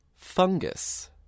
fungus